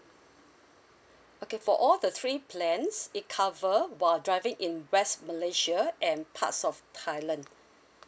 okay for all the three plans it cover while driving in west malaysia and parts of thailand